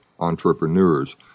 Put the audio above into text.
entrepreneurs